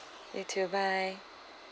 you too bye